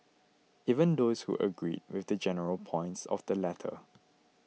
even those who agreed with the general points of the letter